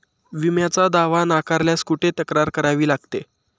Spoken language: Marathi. विम्याचा दावा नाकारल्यास कुठे तक्रार करावी लागते?